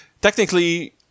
technically